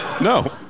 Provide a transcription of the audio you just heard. no